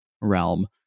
realm